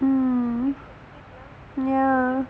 mmhmm ya